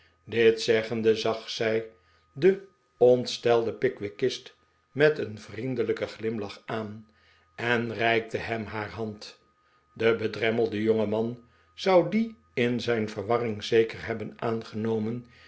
dit zeggende zag zij den ontstelden pickwickist met een vriendelijken glimlach aan en reikte hem haar hand de bedremmelde jongeman zou die in zijn verwarring zeker hebben aangenomen